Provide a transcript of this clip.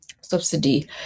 subsidy